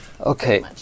Okay